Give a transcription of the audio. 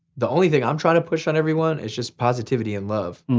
the only thing i'm trying to push on everyone, is just positivity and love.